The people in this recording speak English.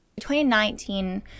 2019